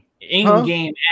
in-game